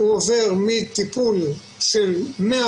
הוא עובר מטיפול של מאה